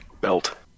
Belt